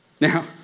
Now